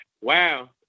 Wow